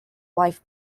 wife